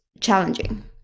challenging